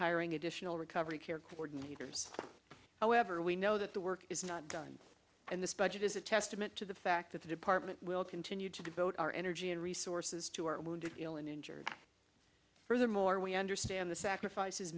hiring additional recovery care coordinators however we know that the work is not done and this budget is a testament to the fact that the department will continue to devote our energy and resources to our wounded and injured furthermore we understand the sacrifices